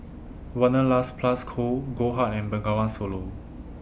Wanderlust Plus Co Goldheart and Bengawan Solo